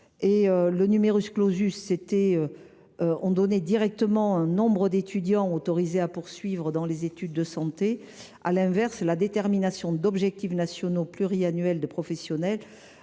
quantitative. Le fixait directement un nombre d’étudiants autorisés à poursuivre dans les études de santé. À l’inverse, la détermination d’objectifs nationaux pluriannuels de professionnels